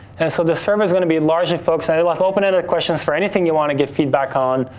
and so, the survey's gonna be largely focused, and it'll have open-ended questions for anything you wanna give feedback on.